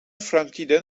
framtiden